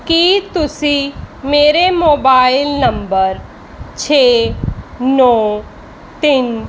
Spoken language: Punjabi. ਕੀ ਤੁਸੀਂ ਮੇਰੇ ਮੋਬਾਇਲ ਨੰਬਰ ਛੇ ਨੌ ਤਿੰਨ